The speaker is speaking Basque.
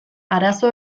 arazo